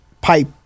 pipe